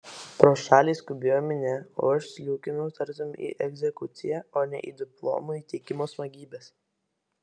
pro šalį skubėjo minia o aš sliūkinau tartum į egzekuciją o ne į diplomų įteikimo smagybes